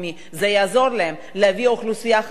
זה יעזור להם להביא אוכלוסייה חזקה,